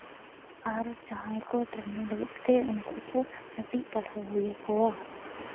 ᱟᱨ ᱡᱟᱦᱟᱸᱭ ᱠᱚ ᱴᱨᱮᱱᱤᱝ ᱞᱟᱹᱜᱤᱫᱛᱮ ᱩᱱᱠᱩ ᱫᱚ ᱠᱟᱹᱴᱤᱡ ᱯᱟᱲᱦᱟᱣ ᱦᱩᱭ ᱟᱠᱚᱣᱟ